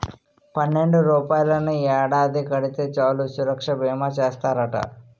పన్నెండు రూపాయలని ఏడాది కడితే చాలు సురక్షా బీమా చేస్తారట